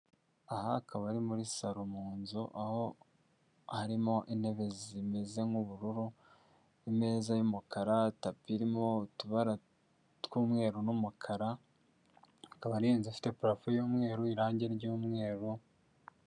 Aha akaba ari muri salo mu nzu aho harimo intebe zimeze nk'ubururu imeza y'umukara, tapi irimo utubara tw'umweru n'umukara, akaba ari inzu ifite parafo y'umweru, irangi ry'umweru.